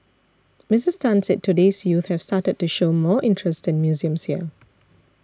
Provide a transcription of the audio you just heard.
Missus Tan said today's youth have started to show more interest in museums here